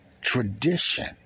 tradition